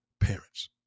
parents